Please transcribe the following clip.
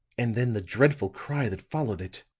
and then the dreadful cry that followed it.